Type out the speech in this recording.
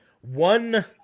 One